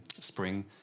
spring